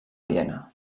viena